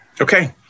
Okay